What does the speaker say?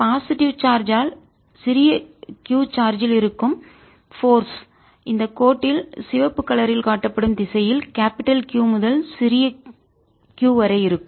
positive நேர்மறை charge ஆல் சிறிய q சார்ஜ் இல் இருக்கும் போர்ஸ் விசைஇந்த கோட்டில் சிவப்பு கலரில் காட்டப்படும் திசையில் கேபிடல் பெரிய Q முதல் சிறிய q வரை இருக்கும்